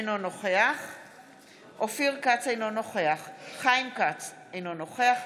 אינו נוכח אופיר כץ, אינו נוכח חיים כץ, אינו נוכח